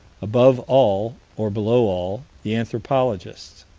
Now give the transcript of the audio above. above all, or below all, the anthropologists.